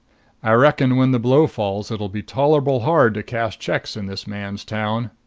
i reckon when the blow falls it'll be tolerable hard to cash checks in this man's town.